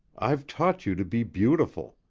i've taught you to be beautiful.